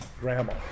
grandma